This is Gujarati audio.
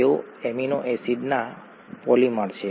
તેઓ એમિનો એસિડના પોલિમર છે